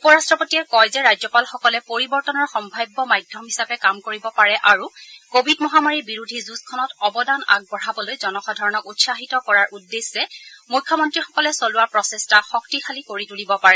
উপৰাট্টপতিয়ে কয় যে ৰাজ্যপালসকলে পৰিৱৰ্তনৰ সভাৱ্য মাধ্যম হিচাপে কাম কৰিব পাৰে আৰু কোভিড মহামাৰীৰ বিৰোধী যুঁজখনত অৱদান আগবঢ়াবলৈ জনসাধাৰণক উৎসাহিত কৰাৰ উদ্দেশ্যে মুখ্যমন্ত্ৰীসকলে চলোৱা প্ৰচেষ্টা শক্তিশালী কৰি তুলিব পাৰে